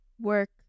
work